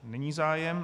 Není zájem.